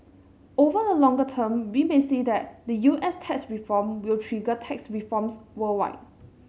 over the longer term we may see that the U S tax reform will trigger tax reforms worldwide